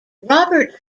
robert